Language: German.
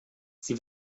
sie